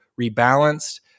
rebalanced